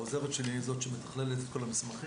העוזרת שלי היא זאת שמתכללת את כל המסמכים.